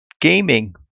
gaming